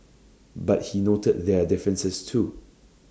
but he noted their differences too